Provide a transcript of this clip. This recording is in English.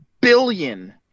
billion